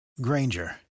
Granger